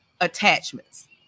attachments